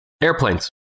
Airplanes